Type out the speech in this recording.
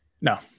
No